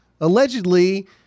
Allegedly